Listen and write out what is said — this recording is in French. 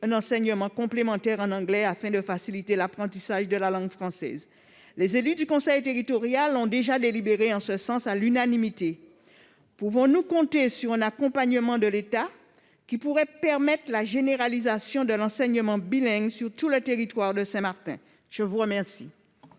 un enseignement complémentaire en anglais, afin de faciliter l'apprentissage de la langue française. Les élus du conseil territorial ont déjà délibéré en ce sens à l'unanimité. Pouvons-nous compter sur un accompagnement de l'État, qui pourrait permettre la généralisation de l'enseignement bilingue sur l'ensemble du territoire de Saint-Martin ? La parole